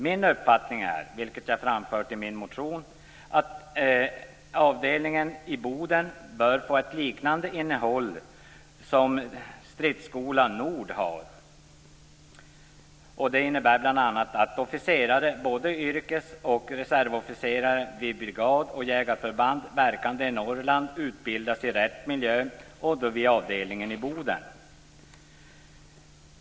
Min uppfattning är, vilket jag har framfört i min motion, att avdelningen i Boden bör få ett liknande innehåll som Stridsskolan Nord har. Det innebär bl.a.: Att officerare, både yrkes och reservofficerare, vid brigad och jägarförband verkande i Norrland utbildas i rätt miljö och då vid avdelningen i Boden.